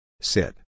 Sit